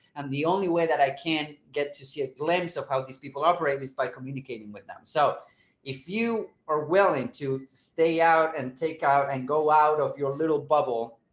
and the only way that i can get to see a glimpse of how these people operate is by communicating with them. so if you are willing to stay out and take out and go out of your little bubble,